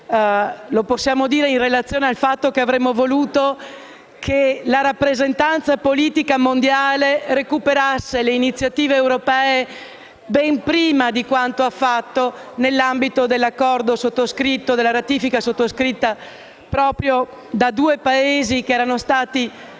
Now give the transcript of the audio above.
lo possiamo dire in relazione al fatto che avremmo voluto che la rappresentanza politica mondiale recuperasse le iniziative europee ben prima di quanto ha fatto nell'ambito della ratifica sottoscritta proprio dai due Paesi che inizialmente